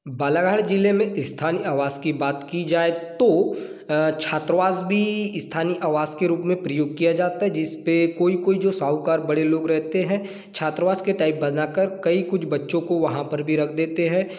बालाघाट ज़िले में स्थानीय आवास की बात की जाए तो छात्रावास भी स्थानीय आवास के रूप में प्रयोग किया जाता है जिस पे कोई कोई जो साहूकार बड़े लोग रहते हैं छात्रावास के टाइप बनाकर कई कुछ बच्चों को वहाँ पर भी रख देते हैं